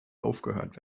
aufgehört